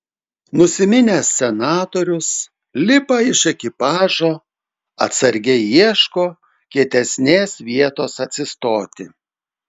nusiminęs senatorius lipa iš ekipažo atsargiai ieško kietesnės vietos atsistoti